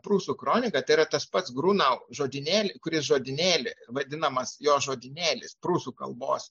prūsų kronika tai yra tas pats grunau žodynėli kuris žodynėlį vadinamas jo žodynėlis prūsų kalbos